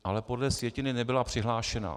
Ale podle sjetiny nebyla přihlášena.